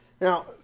Now